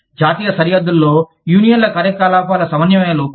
జాతీయ సరిహద్దుల్లో యూనియన్ల కార్యకలాపాల సమన్వయ లోపం